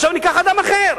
עכשיו ניקח אדם אחר,